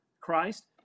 Christ